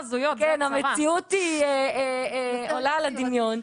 המציאות היא עולה על הדמיון.